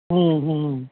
हुँ हुँ